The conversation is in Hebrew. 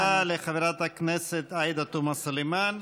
תודה לחברת הכנסת עאידה תומא סלימאן.